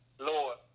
Lord